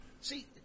see